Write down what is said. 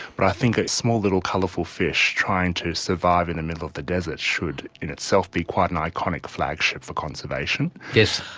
but i think that small little colourful fish trying to survive in the middle of the desert should in itself be quite an iconic flagship for conservation. yes.